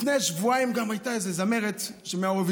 לפני שבועיים גם הייתה איזו זמרת מהאירוויזיון,